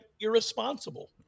irresponsible